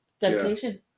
dedication